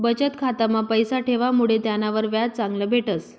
बचत खाता मा पैसा ठेवामुडे त्यानावर व्याज चांगलं भेटस